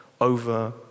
over